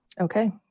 Okay